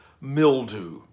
Mildew